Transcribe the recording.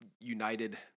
united